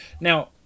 Now